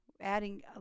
adding